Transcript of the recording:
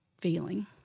feeling